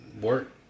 Work